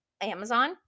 Amazon